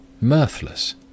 mirthless